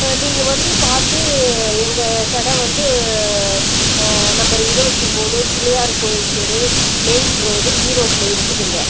so நீங்கள் வந்து பார்த்து எங்கள் கடை வந்து நம்பர் இருபத்தி மூணு பிள்ளையார் கோவில் தெரு மெயின் ரோடு ஈரோட்டில் இருக்குதுங்க